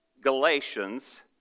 Galatians